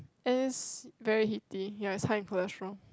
and is very heaty ya it's high in cholesterol